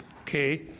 Okay